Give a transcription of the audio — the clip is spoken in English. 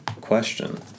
question